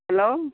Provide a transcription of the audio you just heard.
hello